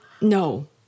no